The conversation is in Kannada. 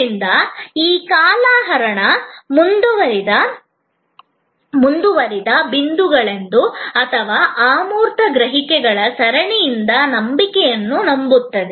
ಆದ್ದರಿಂದ ಈ ಕಾಲಹರಣ ಮುಂದುವರಿದ ಉತ್ತಮ ಭಾವನೆಯನ್ನು ಹೇಗೆ ರಚಿಸುವುದು ಎಂಬುದು ಸವಾಲು ಇದು ಅನೇಕ ಸ್ಪರ್ಶ ಬಿಂದುಗಳಿಂದ ಅಮೂರ್ತ ಗ್ರಹಿಕೆಗಳ ಸರಣಿಯಿಂದ ನಂಬಿಕೆಯನ್ನು ನಂಬುತ್ತದೆ